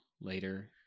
later